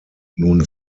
nun